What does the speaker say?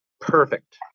perfect